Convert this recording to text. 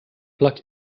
plug